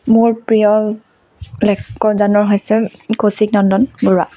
মোৰ প্ৰিয় লেখকজনৰ হৈছে কৌশিক নন্দন বৰুৱা